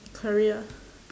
career